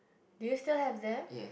do you still have that